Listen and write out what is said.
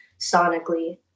sonically